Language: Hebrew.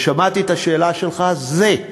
ושמעתי את השאלה שלך: זה,